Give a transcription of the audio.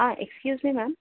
ah excuse me ma'am